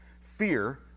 fear